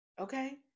Okay